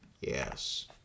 Yes